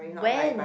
when